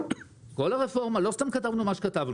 לא סתם כתבנו את מה שכתבנו.